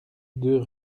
deux